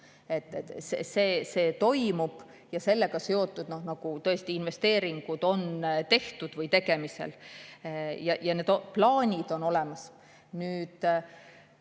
See toimub ja sellega seotud investeeringud on tehtud või tegemisel. Need plaanid on olemas.